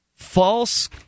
false